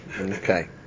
Okay